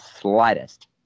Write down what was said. slightest